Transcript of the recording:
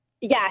Yes